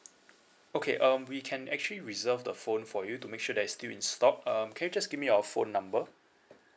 okay um we can actually reserve the phone for you to make sure that it's still in stock um can just give me your phone number